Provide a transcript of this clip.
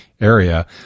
area